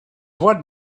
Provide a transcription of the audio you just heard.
what